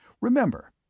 Remember